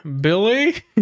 Billy